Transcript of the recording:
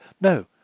No